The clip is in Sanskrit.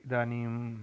इदानीम्